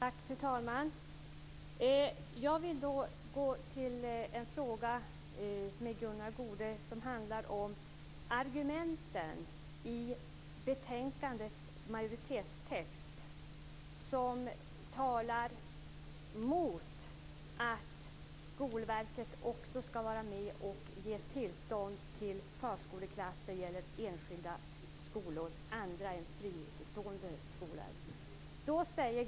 Fru talman! Jag vill med Gunnar Goude ta upp en fråga som handlar om argumenten i betänkandets majoritetstext som talar mot att Skolverket skall vara med om att ge tillstånd till förskoleklass i andra enskilda skolor än fristående skolor.